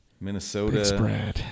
Minnesota